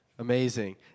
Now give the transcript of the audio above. Amazing